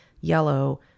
yellow